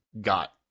got